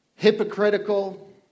hypocritical